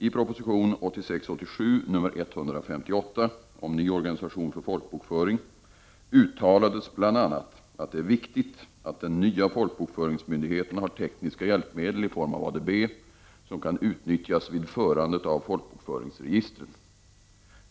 I prop. 1986/87:158 om ny organisation för folkbokföring uttalades bl.a. att det är viktigt att den nya folkbokföringsmyndigheten har tekniska hjälpmedel i form av ADB, som kan utnyttjas vid förandet av folkbokföringsregistren.